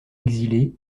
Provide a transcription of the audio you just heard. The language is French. exilé